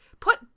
Put